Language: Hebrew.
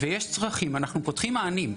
כשיש צרכים אנחנו פותחים מענים.